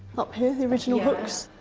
up here, the original hooks.